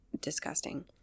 disgusting